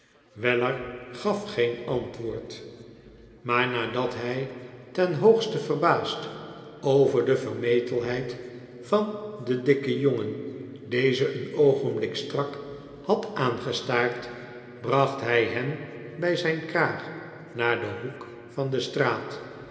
weller gaf geen antwoord ma'ar nadat hij ten hoogste verbaasd over de vermetelheid van den dikken jongen dezen een oogenblik strak had aangestaard bracht hij hem bij zijn kraag naar den hoek van de straat